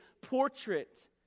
portrait